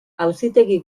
auzitegi